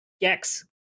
Gex